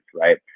right